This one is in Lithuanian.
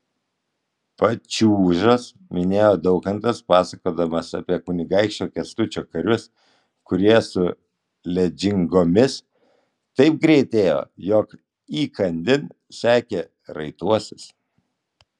pačiūžas minėjo daukantas pasakodamas apie kunigaikščio kęstučio karius kurie su ledžingomis taip greitai ėjo jog įkandin sekė raituosius